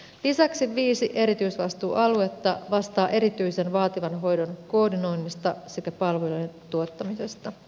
lisäksi viisi erityisvastuualuetta vastaa erityisen vaativan hoidon koordinoinnista sekä palveluiden tuottamisesta